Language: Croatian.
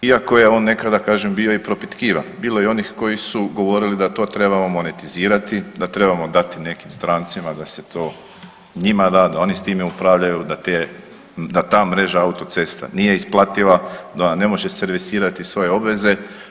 Iako je on nekada kažem bio i propitkivan, bilo je i onih koji su govorili da to trebamo monetizirati, da trebamo dati nekim strancima, da se to njima da, da oni s njima upravljaju da ta mreža autocesta nije isplativa, da ona ne može servisirati svoje obveze.